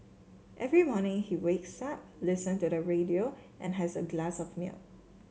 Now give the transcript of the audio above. every morning he wakes up listen to the radio and has a glass of milk